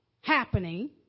happening